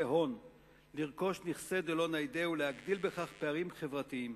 הון לרכוש נכסי דלא-ניידי ולהגדיל בכך פערים חברתיים.